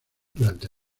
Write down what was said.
durante